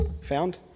found